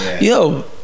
Yo